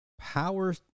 Power